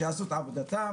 יש עוד 200 מיליון שקל,